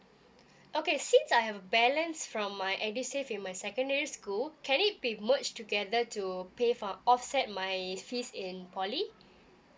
okay since I have a balance from my edusave in my secondary school can it be merge together to pay for offset my fees in poly